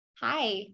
hi